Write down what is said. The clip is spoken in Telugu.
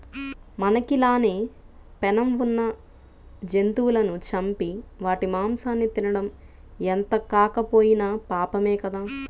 మనకి లానే పేణం ఉన్న జంతువులను చంపి వాటి మాంసాన్ని తినడం ఎంతగాకపోయినా పాపమే గదా